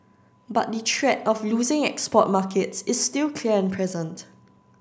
but the threat of losing export markets is still clear and present